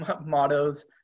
mottos